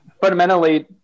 fundamentally